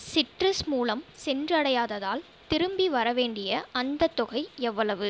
citrus மூலம் சென்றடையாததால் திரும்பி வரவேண்டிய அந்தத் தொகை எவ்வளவு